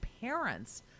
parents